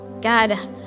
God